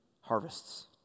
harvests